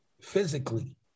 physically